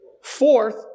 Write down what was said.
Fourth